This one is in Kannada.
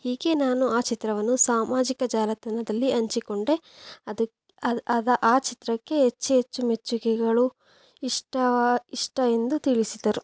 ಹೀಗೆ ನಾನು ಆ ಚಿತ್ರವನ್ನು ಸಾಮಾಜಿಕ ಜಾಲತಾಣದಲ್ಲಿ ಹಂಚಿಕೊಂಡೆ ಅದ್ ಅದ್ ಅದ್ ಆ ಚಿತ್ರಕ್ಕೆ ಹೆಚ್ಚು ಹೆಚ್ಚು ಮೆಚ್ಚುಗೆಗಳು ಇಷ್ಟ ಇಷ್ಟ ಎಂದು ತಿಳಿಸಿದರು